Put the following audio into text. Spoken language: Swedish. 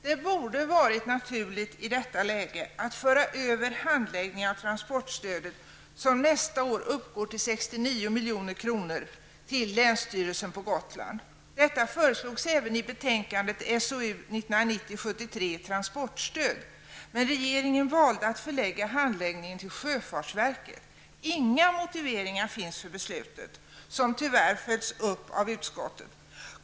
Det borde varit naturligt i detta läge att föra över handläggningen av transportstödet, som nästa år uppgår till 69 milj.kr., till länsstyrelsen på Gotland. Detta föreslogs även i betänkandet SoU1990:73 Transportstöd, men regeringen valde att förlägga handläggningen till sjöfartsverket. Inga motiveringar finns för beslutet, som tyvärr följts upp av utskottet.